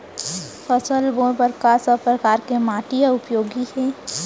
फसल बोए बर का सब परकार के माटी हा उपयोगी हे?